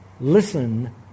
listen